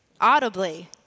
audibly